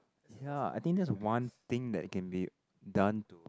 ya I think that's a one thing that it can be done to